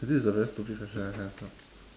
this is a very stupid question I have now